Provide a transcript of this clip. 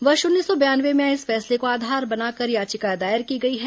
वर्ष उन्नीस सौ बयानवे में आए इस फैसले को आधार बनाकर याचिका दायर की गई है